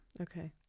okay